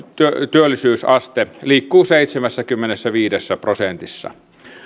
työllisyysaste liikkuu seitsemässäkymmenessäviidessä prosentissa